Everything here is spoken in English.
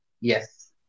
Yes